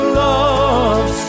love